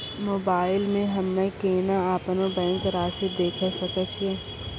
Mobile मे हम्मय केना अपनो बैंक रासि देखय सकय छियै?